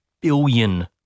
billion